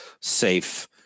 safe